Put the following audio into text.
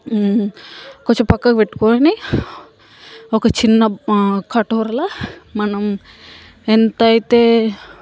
కొంచెం పక్కకు పెట్టుకుని ఒక చిన్న కటోరిల మనం ఎంత అయితే చ